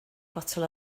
fotel